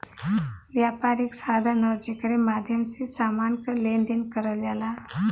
व्यापार एक साधन हौ जेकरे माध्यम से समान क लेन देन करल जाला